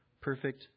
perfect